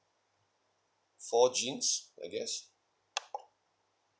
four jeans I guess